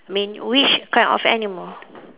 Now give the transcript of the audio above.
mean which kind of animal